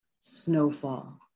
snowfall